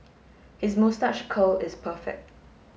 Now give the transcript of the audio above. his moustache curl is perfect